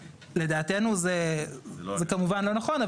לדעתנו זה כמובן לא נכון.